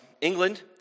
England